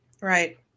Right